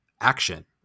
action